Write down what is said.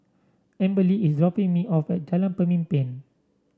Amberly is dropping me off at Jalan Pemimpin